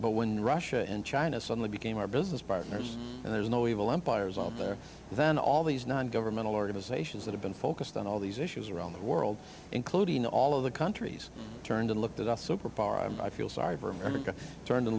but when russia and china suddenly became our business partners and there's no evil empires out there then all these non governmental organizations that have been focused on all these issues around the world including all of the countries turned and looked at a superpower and i feel sorry for america turned and